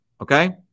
okay